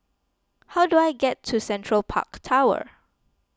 how do I get to Central Park Tower